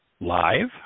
live